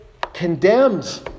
condemns